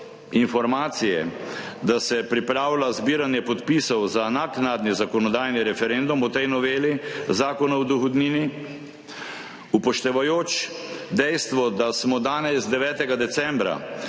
informacije, da se pripravlja zbiranje podpisov za naknadni zakonodajni referendum o tej noveli Zakona o dohodnini, upoštevajoč dejstvo, da smo danes 9. decembra,